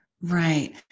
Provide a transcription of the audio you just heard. Right